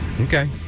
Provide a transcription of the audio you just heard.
Okay